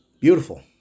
beautiful